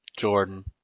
Jordan